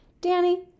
Danny